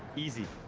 easy.